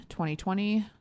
2020